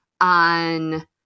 on